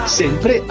sempre